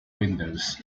windows